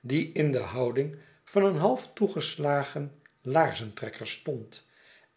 die in de houding van een half toegeslagen laarzentrekker stond